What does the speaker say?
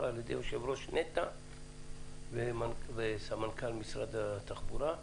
על-ידי יושב ראש נת"ע וסמנכ"ל משרד התחבורה.